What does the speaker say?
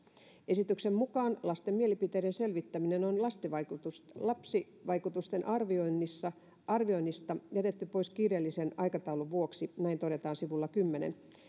esityksen mukaan lasten mielipiteiden selvittäminen on lapsivaikutusten arvioinnista arvioinnista jätetty pois kiireellisen aikataulun vuoksi näin todetaan sivulla kymmenennen